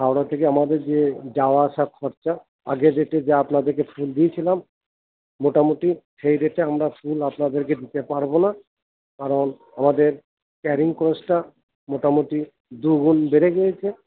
হাওড়া থেকে আমাদের যে যাওয়া আসার খরচা আগের রেটে যা আপনাদেরকে ফুল দিয়েছিলাম মোটামুটি সেই রেটে আমরা ফুল আপনাদেরকে দিতে পারব না কারণ আমাদের ক্যারিং কস্টটা মোটামুটি দুগুণ বেড়ে গিয়েছে